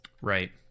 Right